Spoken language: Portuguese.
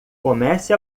comece